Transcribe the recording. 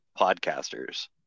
podcasters